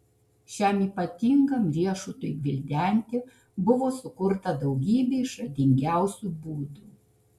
šiam ypatingam riešutui gvildenti buvo sukurta daugybė išradingiausių būdų